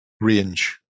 range